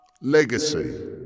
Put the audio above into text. Legacy